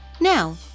Now